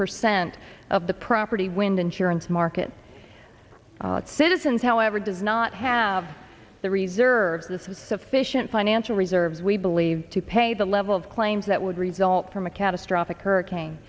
percent of the property wind insurance market citizens however does not have the reserves this with sufficient financial reserves we believe to pay the level of claims that would result from a catastrophic hurricane